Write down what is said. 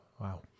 Wow